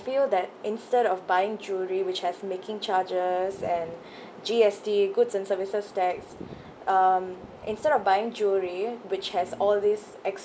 feel that instead of buying jewellery which has making charges and G_S_T goods and services tax um instead of buying jewellery which has all these